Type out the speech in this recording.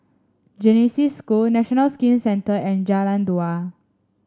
Genesis School National Skin Centre and Jalan Dua